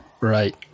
right